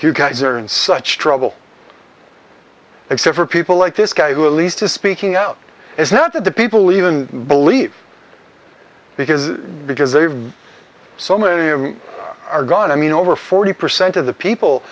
you guys are in such trouble except for people like this guy who at least is speaking out is not that the people even believe because because they have so many of them are gone i mean over forty percent of the people